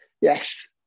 Yes